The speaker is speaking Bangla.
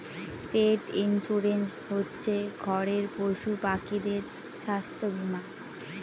পেট ইন্সুরেন্স হচ্ছে ঘরের পশুপাখিদের স্বাস্থ্য বীমা